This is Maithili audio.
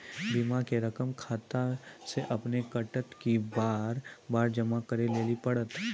बीमा के रकम खाता से अपने कटत कि बार बार जमा करे लेली पड़त?